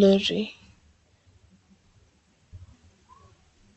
lori.